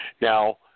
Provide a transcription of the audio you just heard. Now